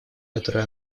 которую